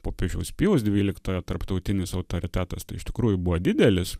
popiežiaus pijaus dvyliktojo tarptautinis autoritetas tai iš tikrųjų buvo didelis